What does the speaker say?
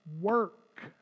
work